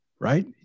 Right